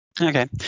Okay